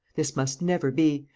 this must never be.